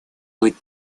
быть